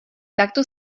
takto